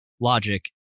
logic